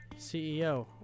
CEO